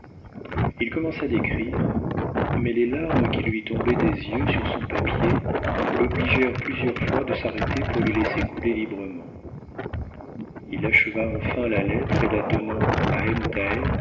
h commença d'écrire mais les larmes qui lui tombaient des yeux sur son papier l'obligèrent plusieurs fois de s'arrêter pour les laisser couler librement il acheva enfin la lettre et la donnant à